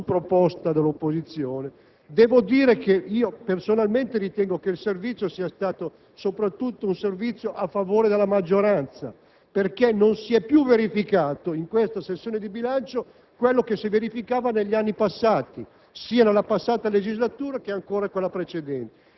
al Parlamento; non lo abbiamo fatto su proposta dell'opposizione. Personalmente ritengo che il servizio sia stato soprattutto a favore della maggioranza, perché non si è più verificato in questa sessione di bilancio quello che accadeva negli anni passati,